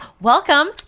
welcome